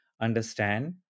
understand